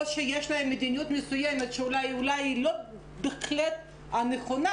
או שיש להם מדיניות מסוימת שאולי בהחלט היא לא הנכונה,